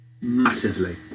Massively